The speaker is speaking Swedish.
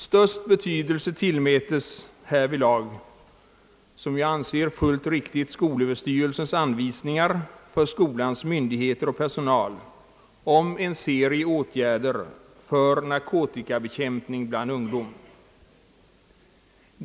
Störst betydelse tillmätes härvidlag, som jag anser fullt riktigt, skolöverstyrelsens anvisningar för skolans myndigheter och personal om en serie åtgärder för narkotikabekämpandet bland ungdomen.